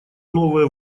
новые